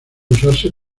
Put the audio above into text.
usarse